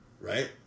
Right